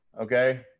Okay